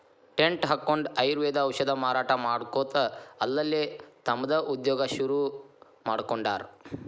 tent ಹಕ್ಕೊಂಡ್ ಆಯುರ್ವೇದ ಔಷಧ ಮಾರಾಟಾ ಮಾಡ್ಕೊತ ಅಲ್ಲಲ್ಲೇ ತಮ್ದ ಉದ್ಯೋಗಾ ಶುರುರುಮಾಡ್ಕೊಂಡಾರ್